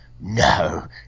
no